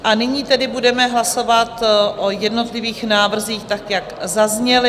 A nyní tedy budeme hlasovat o jednotlivých návrzích tak, jak zazněly.